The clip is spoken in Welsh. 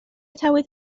tywydd